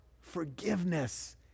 forgiveness